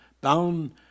bound